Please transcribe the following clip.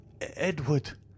edward